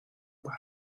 pare